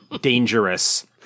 dangerous